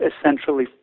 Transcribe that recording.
essentially